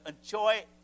enjoy